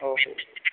औ